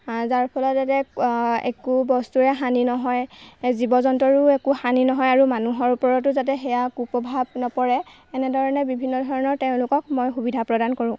যাৰ ফলত যাতে একো বস্তুৰে হানি নহয় জীৱ জন্তুৰো একো হানি নহয় আৰু মানুহৰ ওপৰতো যাতে হেয়া কু প্ৰভাৱ নপৰে এনেধৰণে বিভিন্ন ধৰণে তেওঁলোকক মই সুবিধা প্ৰদান কৰোঁ